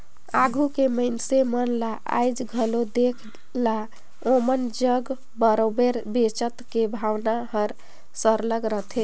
आघु के मइनसे मन ल आएज घलो देख ला ओमन जग बरोबेर बचेत के भावना हर सरलग रहथे